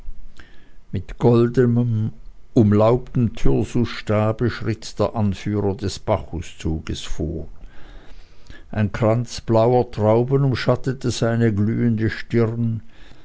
mit goldenem umlaubtem thyrsusstabe schritt der anfahrer des bacchuszuges vor ein kranz blauer trauben umschattete seine glühende stirn